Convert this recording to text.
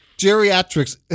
geriatrics